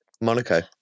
Monaco